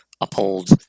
uphold